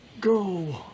Go